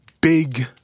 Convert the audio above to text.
big